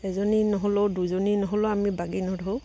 এজনী নহ'লেও দুজনী নহ'লেও আমি বাগি নধৰোঁ